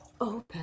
open